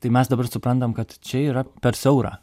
tai mes dabar suprantam kad čia yra per siaura